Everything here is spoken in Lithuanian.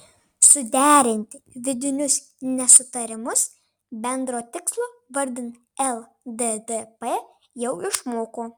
suderinti vidinius nesutarimus bendro tikslo vardan lddp jau išmoko